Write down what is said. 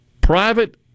Private